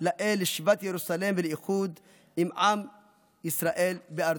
לאל לשיבת ירוסלם ולאיחוד של עם ישראל וארצו.